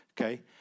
Okay